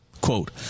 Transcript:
Quote